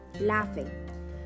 laughing